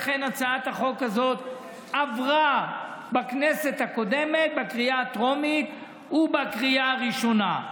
לכן הצעת החוק הזאת עברה בכנסת הקודמת בקריאה הטרומית ובקריאה הראשונה.